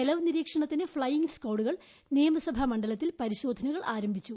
ചെലവ് നിരീക്ഷണത്തിന് ഫ്ളെയിംഗ് സ്കാഡുകൾ നിയമസഭാ മണ്ഡലത്തിൽ പരിശോധനകൾ ആരംഭിച്ചു